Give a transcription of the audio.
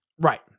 Right